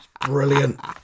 Brilliant